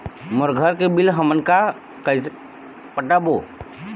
मोर घर के बिल हमन का कइसे पटाबो?